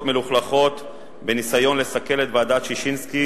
מלוכלכות בניסיון לסכל את ועדת-ששינסקי.